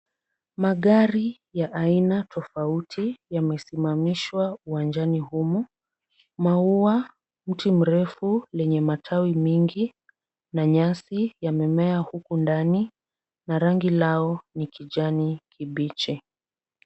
Magari ya aina tofauti yame simamishwa uwanjani humu. Maua, mti mrefu lenye matawi mengi, na nyasi yamemea huku ndani, na rangi lao ni kijani kibichi.